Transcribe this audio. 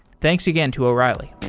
thanks again to o'reilly.